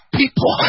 people